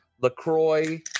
LaCroix